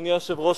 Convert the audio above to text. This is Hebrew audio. אדוני היושב-ראש,